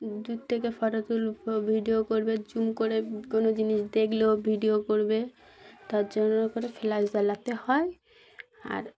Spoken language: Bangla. দূর থেকে ফটো তুলবে ভিডিও করবে জুম করে কোনো জিনিস দেখলেও ভিডিও করবে তার জন্য করে ফ্ল্যাশ জ্বালাতে হয় আর